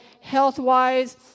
health-wise